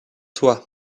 toi